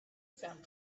found